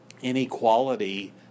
inequality